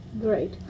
Great